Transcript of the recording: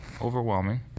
overwhelming